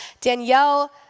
Danielle